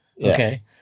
okay